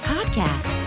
Podcast